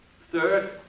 third